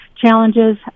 challenges